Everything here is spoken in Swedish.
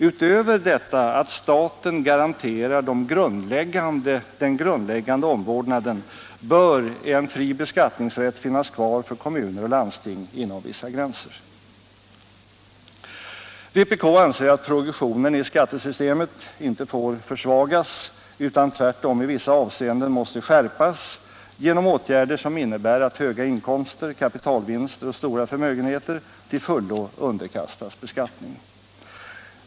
Även om staten garanterar den grundläggande omvårdnaden bör en fri beskattningsrätt finnas kvar inom vissa gränser för kommuner och landsting. Vpk anser att progressionen i skattesystemet inte får försvagas utan tvärtom i vissa avseenden måste skärpas genom åtgärder som innebär att höga inkomster, kapitalvinster och stora förmögenheter till fullo underkastas beskattning.